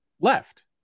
left